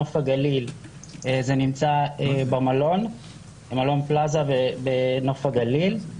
נוף הגליל, זה נמצא במלון פלאזה בגוף הגליל.